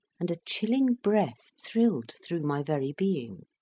and a chilling breath thrilled through my very being.